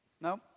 No